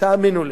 תאמינו לי,